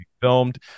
filmed